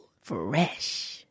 Fresh